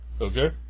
Okay